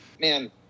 Man